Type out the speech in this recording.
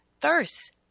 thirst